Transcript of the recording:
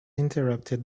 interrupted